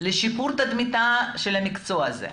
לשיפור תדמיתו של המקצוע הזה,